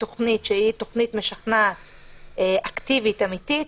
תוכנית שהיא תוכנית משכנעת אקטיבית אמיתית,